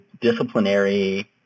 disciplinary